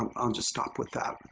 um i'll just stop with that.